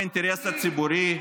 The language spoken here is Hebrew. למען האינטרס הציבורי,